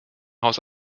haus